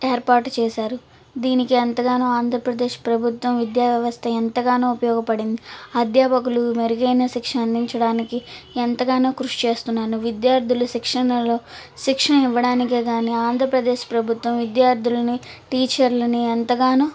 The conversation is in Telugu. ఏర్పాటు చేశారు దీనికి ఎంతగానో ఆంధ్రప్రదేశ్ ప్రభుత్వం విద్యావ్యవస్థ ఎంతగానో ఉపయోగపడింది అధ్యాపకులు మెరుగైన శిక్ష అందించడానికి ఎంతగానో కృషి చేస్తున్నారు విద్యార్థుల శిక్షణలో శిక్షణ ఇవ్వడానికేగాని ఆంధ్రప్రదేశ్ ప్రభుత్వం విద్యార్థులను టీచర్లను ఎంతగానో